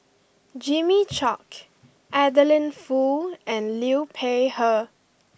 Jimmy Chok Adeline Foo and Liu Peihe